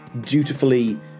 dutifully